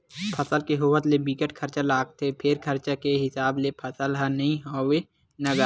फसल के होवत ले बिकट खरचा लागथे फेर खरचा के हिसाब ले फसल ह नइ होवय न गा